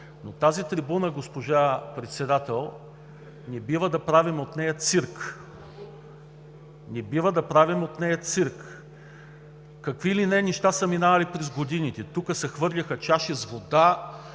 от тази трибуна, госпожо Председател, не бива да правим цирк, не бива да правим от нея цирк! Какви ли не неща са минавали през годините – тук се хвърляха чаши с вода,